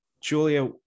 Julia